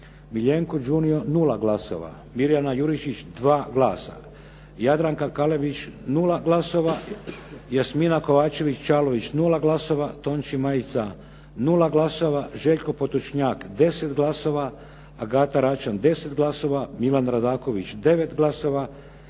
Miljenko Đunio 0 glasova, Mirjana Juričić 2 glasa, Jadranka Kalebić 0 glasova, Jasmina Kovačević Čalović 0 glasova, Tonči Majica 0 glasova, Željko Potočnjak 10 glasova, Agata Račan 10 glasova, Milan Radaković 9 glasova